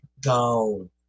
go